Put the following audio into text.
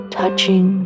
touching